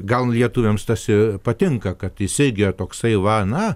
gal lietuviams tas ir patinka kad jis irgi yra tosai na va